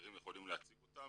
שאחרים יכולים להציג אותם,